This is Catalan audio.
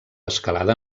escalada